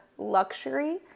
luxury